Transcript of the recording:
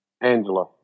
Angela